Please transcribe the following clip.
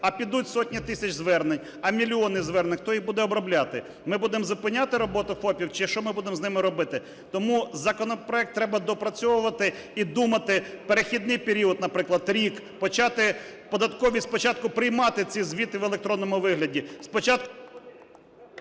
А підуть сотні тисяч звернень, а мільйони звернень, хто їх буде обробляти? Ми будемо зупиняти роботу ФОПів чи що ми будемо з ними робити? Тому законопроект треба доопрацьовувати і думати, перехідний період, наприклад, рік, почати податковій спочатку приймати ці звіти в електронному вигляді,